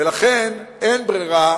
ולכן אין ברירה